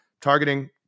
Targeting